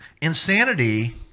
insanity